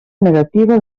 negativa